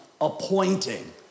appointing